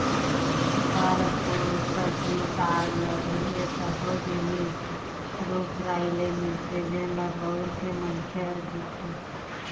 फर, फूल, सब्जी साग, लकड़ी ए सब्बो जिनिस रूख राई ले मिलथे जेन ल बउर के मनखे ह जीथे